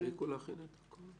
אתם תספיקו להכין הכול?